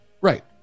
Right